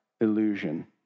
illusion